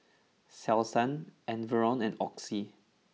Selsun Enervon and Oxy